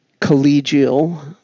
collegial